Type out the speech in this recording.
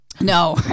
No